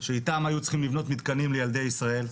שאיתם היו צריכים לבנות מתקנים לילדי ישראל.